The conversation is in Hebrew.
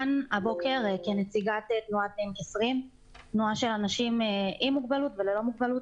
הבוקר כנציגת תנועה של אנשים עם מוגבלות וללא מוגבלות,